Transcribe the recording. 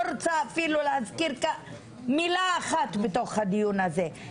רוצה אפילו להזכיר מילה אחת בתוך הדיון הזה,